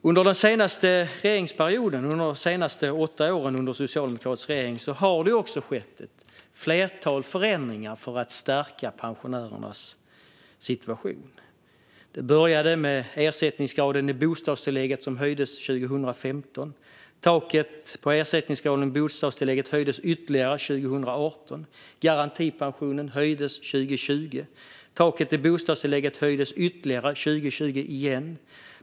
Under den senaste regeringsperioden, alltså under de senaste åtta åren med en socialdemokratisk regering, har det också skett ett flertal förändringar för att stärka pensionärernas situation. Det började med att ersättningsgraden i bostadstillägget höjdes 2015. Taket på ersättningsgraden i bostadstillägget höjdes ytterligare 2018. Garantipensionen höjdes 2020. Taket i bostadstillägget höjdes ytterligare 2020.